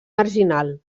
marginal